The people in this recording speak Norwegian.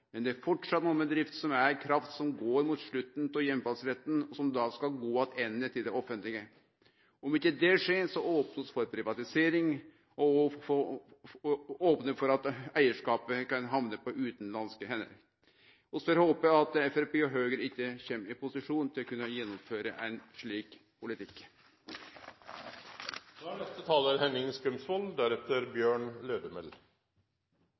men det er framleis nokre bedrifter som eig kraft som går mot slutten av heimfallsperioden, og som da skal gå attende til det offentlege. Om ikkje det skjer, opnar vi for privatisering og for at eigarskapet kan hamne på utanlandske hender. Vi får håpe at Framstegspartiet og Høgre ikkje kjem i posisjon til å kunne gjennomføre ein slik politikk.